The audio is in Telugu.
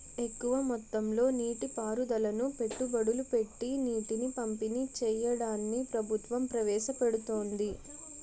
ఎక్కువ మొత్తంలో నీటి పారుదలను పెట్టుబడులు పెట్టీ నీటిని పంపిణీ చెయ్యడాన్ని ప్రభుత్వం ప్రవేశపెడుతోంది